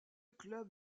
club